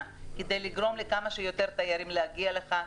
כדי לגרום לכמה שיותר תיירים להגיע לכאן.